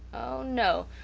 oh, no!